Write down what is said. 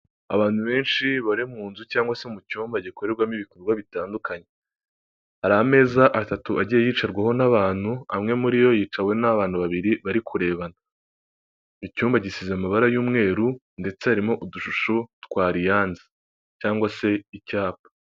Abantu benshi bari mu nzu cyangwa se mu cyumba gikorerwamo ibikorwa bitandukanye, hari ameza atatu agiye yicarwaho n'abantu, amwe muri yo yicaweho n'abantu babiri bari kurebana, icyumba gisize amabara y'umweru ndetse harimo udushusho twa aliyanza cyangwa se icyapa.